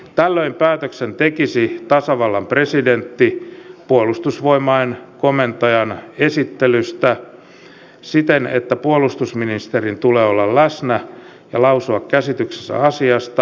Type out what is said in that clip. tällöin päätöksen tekisi tasavallan presidentti puolustusvoimain komentajan esittelystä siten että puolustusministerin tulee olla läsnä ja lausua käsityksensä asiasta